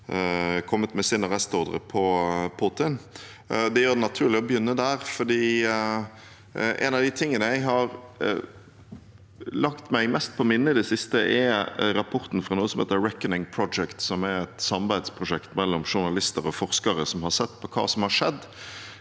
kom med en arrestordre på Putin. Det gjør det naturlig å begynne der, for noe av det jeg har lagt meg mest på minne i det siste, er rapporten fra noe som heter The Reckoning Project. Det er et samarbeidsprosjekt mellom journalister og forskere som har sett på hva som har skjedd